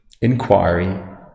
inquiry